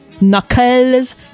knuckles